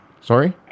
sorry